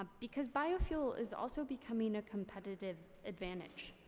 ah because biofuel is also becoming a competitive advantage.